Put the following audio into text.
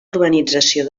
urbanització